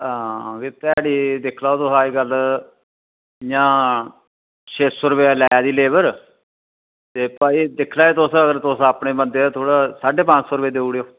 हां फ्ही ध्याड़ी दिक्खी लैओ तुस अज्जकल इ'यां छे सौ रपेआ लै दी लेबर ते भाई दिक्खी लैओ तुस अगर तुस अपने बंदे न साड्ढे पंज सौ रपेआ देउड़ेओ